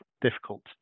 difficult